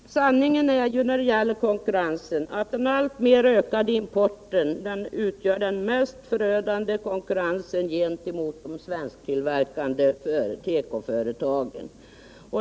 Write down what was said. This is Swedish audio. Herr talman! Sanningen är ju när det gäller konkurrensen, att den alltmer ökade importen utgör den mest förödande konkurrensen mot de svensktillverkande tekoföretagen.